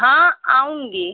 हाँ आऊँगी